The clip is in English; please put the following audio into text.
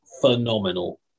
phenomenal